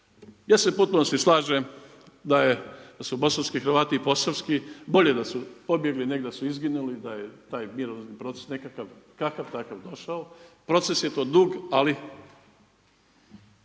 Ja se u potpunosti slažem da su bosanski Hrvati i posavski bolje da su pobjegli, nego da su izginuli, da je taj mirovni proces nekakav kakav-takav došao. Proces je to dug, ali